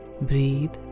Breathe